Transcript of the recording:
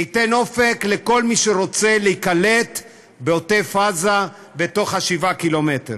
זה ייתן אופק לכל מי שרוצה להיקלט בעוטף עזה בתוך ה-7 ק"מ.